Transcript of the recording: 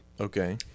Okay